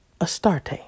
Astarte